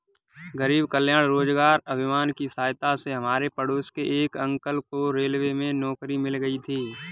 गरीब कल्याण रोजगार अभियान की सहायता से हमारे पड़ोस के एक अंकल को रेलवे में नौकरी मिल गई थी